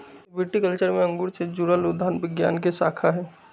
viticulture में अंगूर से जुड़ल उद्यान विज्ञान के शाखा हई